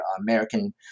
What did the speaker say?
American